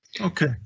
Okay